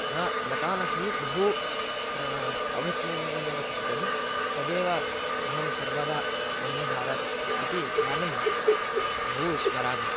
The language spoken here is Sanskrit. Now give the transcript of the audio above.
नमा गतवान् अस्मि बहु अविस्मीरणीयमस्ति तत् तदेव अहं सर्वदा वन्दे भारत् इति यानं बहु स्मरामि